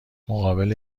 مقابل